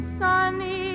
sunny